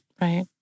right